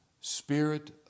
spirit